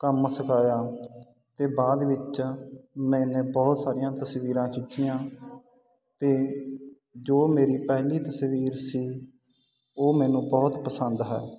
ਕੰਮ ਸਿਖਾਇਆ ਤੇ ਬਾਅਦ ਵਿੱਚ ਮੈਂ ਬਹੁਤ ਸਾਰੀਆਂ ਤਸਵੀਰਾਂ ਖਿੱਚੀਆਂ ਤੇ ਜੋ ਮੇਰੀ ਪਹਿਲੀ ਤਸਵੀਰ ਸੀ ਉਹ ਮੈਨੂੰ ਬਹੁਤ ਪਸੰਦ ਹੈ